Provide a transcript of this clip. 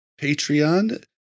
Patreon